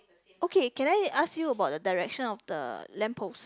ok can I ask you about the direction of the lamppost